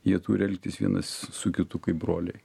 jie turi elgtis vienas su kitu kaip broliai